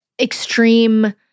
extreme